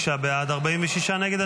55 בעד, 46 נגד.